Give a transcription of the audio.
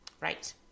right